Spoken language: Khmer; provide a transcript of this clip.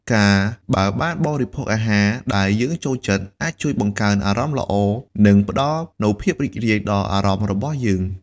ការបើបានបរិភោគអាហារដែលយើងចូលចិត្ត អាចជួយបង្កើនអារម្មណ៍ល្អ និងផ្តល់នូវភាពរីករាយដល់អារម្មណ៍របស់យើង។